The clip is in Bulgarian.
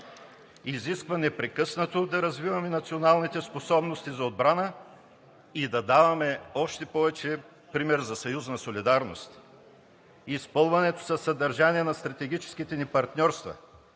изисква непрекъснато да развиваме националните способности за отбрана и да даваме още повече пример за съюзна солидарност. Изпълването със съдържание на стратегическите ни партньорства,